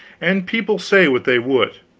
and people say what they would.